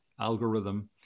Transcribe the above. algorithm